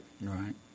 Right